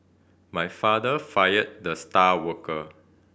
my father fired the star worker